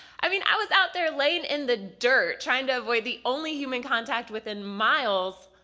i mean, i was out there lying in the dirt trying to avoid the only human contact within miles